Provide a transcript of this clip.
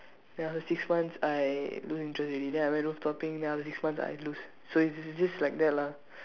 then after six months I lose interest already then I went rooftopping then after six months I lose so it's j~ j~ just like that lah